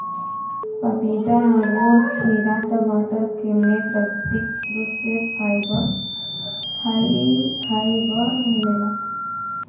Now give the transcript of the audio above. पपीता अंगूर खीरा टमाटर में प्राकृतिक रूप से फाइबर मिलेला